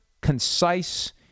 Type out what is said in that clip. concise